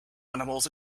animals